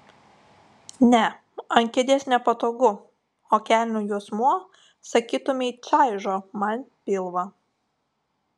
ne ant kėdės nepatogu o kelnių juosmuo sakytumei čaižo man pilvą